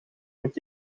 moet